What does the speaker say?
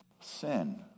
sin